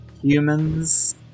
Humans